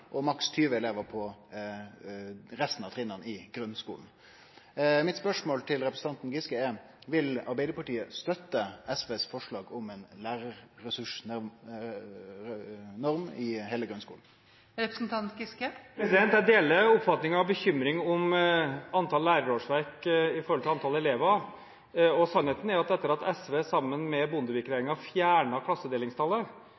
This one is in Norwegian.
og maks 20 elevar på resten av trinna i grunnskulen. Mitt spørsmål til representanten Giske er: Vil Arbeidarpartiet støtte SVs forslag om ei lærarressursnorm i heile grunnskulen? Jeg deler oppfatningen av og bekymringen om antall lærerårsverk i forhold til antall elever, og sannheten er at etter at SV sammen med